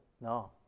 No